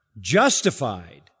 justified